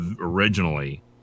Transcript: originally